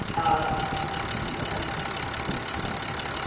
ah yes, i can start my.